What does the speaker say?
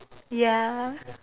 ya